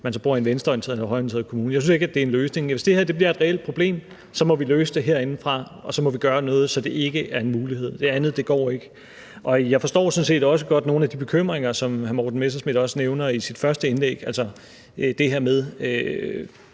man bor i en venstreorienteret eller højreorienteret kommune. Jeg synes ikke, det er en løsning. Hvis det her bliver et reelt problem, må vi løse det herindefra. Så må vi gøre noget, så det ikke er en mulighed. Det andet går ikke. Og jeg forstår sådan set også godt nogle af de bekymringer, som hr. Morten Messerschmidt nævner i sit første indlæg, altså det her med